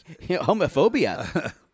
homophobia